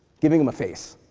giving them a face.